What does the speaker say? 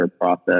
process